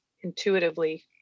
intuitively